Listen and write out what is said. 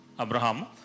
Abraham